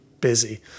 busy